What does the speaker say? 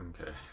Okay